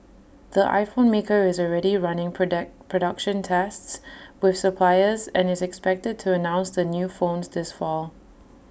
the iPhone maker is already running product production tests with suppliers and is expected to announce the new phones this fall